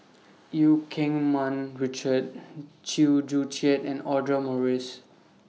EU Keng Mun Richard Chew Joo Chiat and Audra Morrice